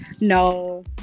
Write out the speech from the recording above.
no